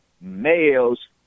males